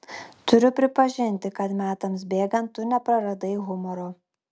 turiu pripažinti kad metams bėgant tu nepraradai humoro